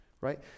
Right